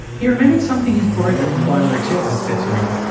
he remembered something his broker from binary tilt had said to him.